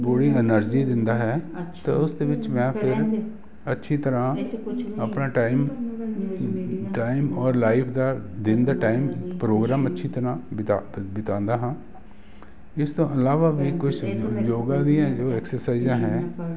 ਪੂਰੀ energy ਦਿੰਦਾ ਹੈ ਅਤੇ ਉਸਦੇ ਵਿੱਚ ਮੈਂ ਫਿਰ ਅੱਛੀ ਤਰ੍ਹਾਂ ਆਪਣਾ ਟਾਈਮ ਟਾਈਮ ਔਰ ਲਾਈਵ ਦਾ ਦਿਨ ਦਾ ਟਾਈਮ ਪ੍ਰੋਗਰਾਮ ਅੱਛੀ ਤਰ੍ਹਾਂ ਵਿਦਾ ਬਿਤਾਉਂਦਾ ਹਾਂ ਇਸ ਤੋਂ ਇਲਾਵਾ ਵੀ ਕੁਛ ਯੋਗਾ ਦੀਆਂ ਜੋ ਐਕਸਰਸਾਈਜ਼ਾਂ ਹੈ